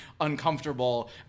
uncomfortable